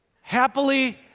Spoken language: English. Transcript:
happily